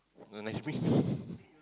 no next week